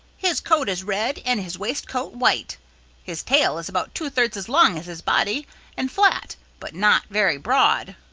his coat is red and his waistcoat white his tail is about two-thirds as long as his body and flat but not very broad.